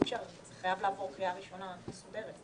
זה חייב לעבור קריאה ראשונה מסודרת.